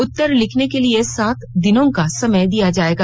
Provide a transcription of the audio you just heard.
उत्तर लिखने के लिए सात दिनों का समय दिया जाएगा